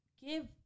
give